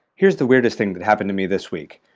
here's the weirdest thing that happened to me this week.